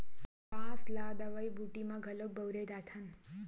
बांस ल दवई बूटी म घलोक बउरे जाथन